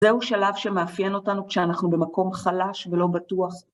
זהו שלב שמאפיין אותנו כשאנחנו במקום חלש ולא בטוח.